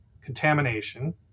contamination